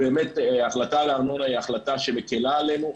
ובאמת ההחלטה על הארנונה מקלה עלינו.